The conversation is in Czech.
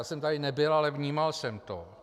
Já jsem tady nebyl, ale vnímal jsem to.